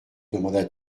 demanda